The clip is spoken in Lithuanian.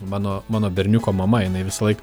mano mano berniuko mama jinai visąlaik